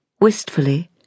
wistfully